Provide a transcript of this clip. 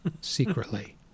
secretly